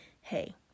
hey